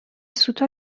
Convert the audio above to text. سوتا